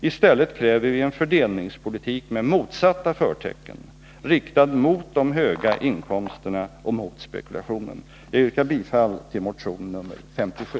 I stället kräver vi en fördelningspolitik med motsatta förtecken, riktad mot de höga inkomsterna och mot spekulationen. Jag yrkar bifall till motion nr 57.